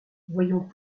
voyons